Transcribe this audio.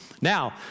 Now